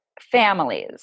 families